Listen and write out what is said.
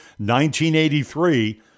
1983